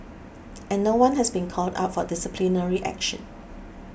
and no one has been called up for disciplinary action